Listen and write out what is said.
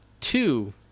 two